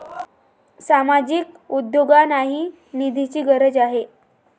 सामाजिक उद्योगांनाही निधीची गरज आहे